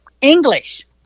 English